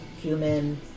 human